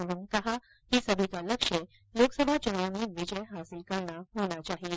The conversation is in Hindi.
उन्होंने कहा कि सभी का लक्ष्य लोकसभा चुनाव में विजय हासिल करना होना चाहिए